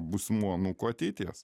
būsimų anūkų ateities